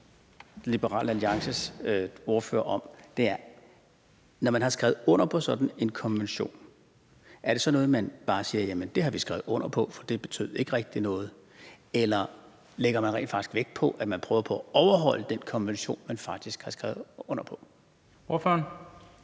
Liberal Alliances ordfører om, er følgende: Når man har skrevet under på sådan en konvention, er det så noget, hvor man bare siger: Jamen det har vi skrevet under på, for det betød ikke rigtig noget, eller lægger man rent faktisk vægt på, at man prøver på at overholde den konvention, man faktisk har skrevet under på? Kl.